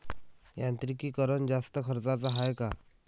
यांत्रिकीकरण जास्त खर्चाचं हाये का?